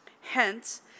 Hence